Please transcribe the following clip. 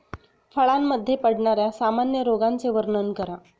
फळांमध्ये पडणाऱ्या सामान्य रोगांचे वर्णन करा